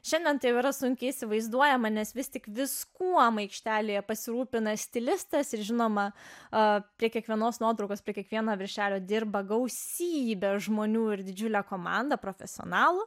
šiandien tai yra sunkiai įsivaizduojama nes vis tik viskuo aikštelėje pasirūpina stilistas ir žinoma a prie kiekvienos nuotraukos prie kiekvieno viršelio dirba gausybę žmonių ir didžiulę komandą profesionalų